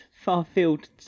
far-field